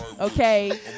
Okay